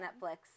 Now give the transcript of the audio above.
Netflix